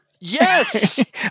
Yes